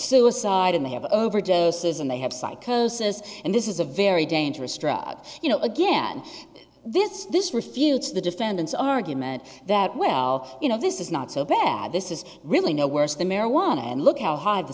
suicide and they have over days says and they have psychosis and this is a very dangerous drug you know again this this refutes the defendant's argument that well you know this is not so bad this is really no worse than marijuana and look how high the